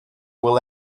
will